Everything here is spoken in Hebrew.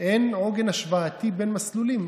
אין עוגן השוואתי בין מסלולים.